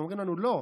ואומרים לנו: לא,